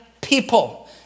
people